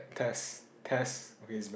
test test okay it's back